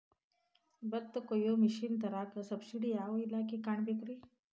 ಭತ್ತ ಕೊಯ್ಯ ಮಿಷನ್ ತರಾಕ ಸಬ್ಸಿಡಿಗೆ ಯಾವ ಇಲಾಖೆ ಕಾಣಬೇಕ್ರೇ?